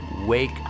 wake